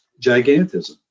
gigantism